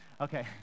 Okay